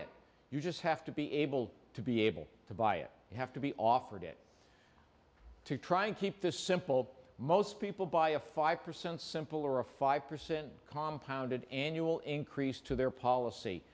it you just have to be able to be able to buy it you have to be offered it to try and keep this simple most people by a five percent simple or a five percent compound annual increase to their policy